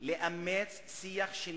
לאמץ שיח של